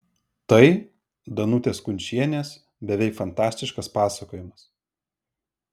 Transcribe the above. tai danutės kunčienės beveik fantastiškas pasakojimas